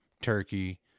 turkey